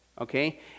okay